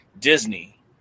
disney